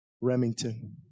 Remington